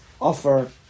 offer